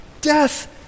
death